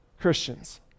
Christians